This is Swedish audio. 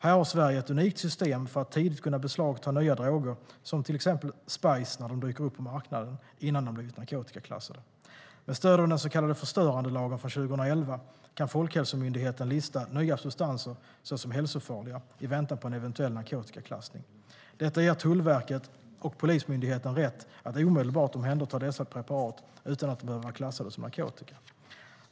Här har Sverige ett unikt system för att tidigt kunna beslagta nya droger som till exempel spice när de dyker upp på marknaden, innan de blivit narkotikaklassade. Med stöd av den så kallade förstörandelagen från 2011 kan Folkhälsomyndigheten lista nya substanser som hälsofarliga, i väntan på en eventuell narkotikaklassning. Detta ger Tullverket och Polismyndigheten rätt att omedelbart omhänderta dessa preparat utan att de behöver vara klassade som narkotika.